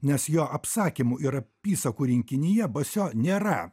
nes jo apsakymų ir apysakų rinkinyje basio nėra